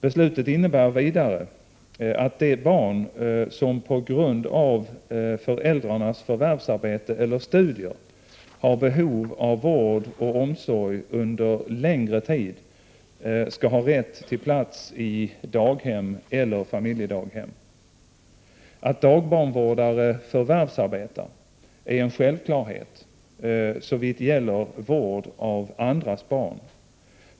Beslutet innebär vidare att de barn som på grund av föräldrarnas förvärvsarbete eller studier har behov av vård och omsorg under längre tid skall ha rätt till plats i daghem eller familjedaghem. Att dagbarnvårdare förvärvsarbetar är en självklarhet, såvitt gäller vård av andras barn.